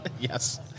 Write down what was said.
Yes